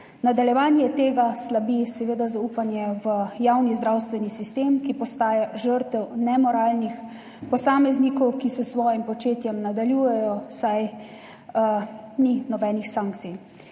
Nadaljevanje tega slabi zaupanje v javni zdravstveni sistem, ki postaja žrtev nemoralnih posameznikov, ki s svojim početjem nadaljujejo, saj ni nobenih sankcij.